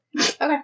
okay